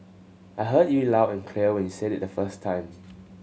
I heard you loud and clear when you said it the first time